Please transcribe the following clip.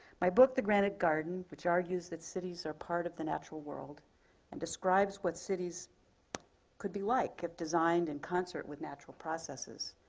my book, the granite garden, which argues that cities are part of the natural world and describes what cities could be like if designed in concert with natural processes,